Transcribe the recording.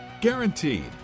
Guaranteed